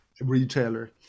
retailer